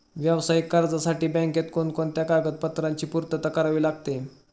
व्यावसायिक कर्जासाठी बँकेत कोणकोणत्या कागदपत्रांची पूर्तता करावी लागते?